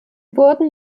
wurden